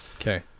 Okay